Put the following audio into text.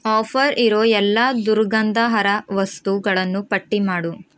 offer ಇರೋ ಎಲ್ಲ ದುರ್ಗಂಧಹರ ವಸ್ತುಗಳನ್ನು ಪಟ್ಟಿ ಮಾಡು